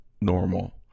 normal